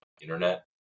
internet